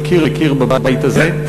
מקיר לקיר בבית הזה.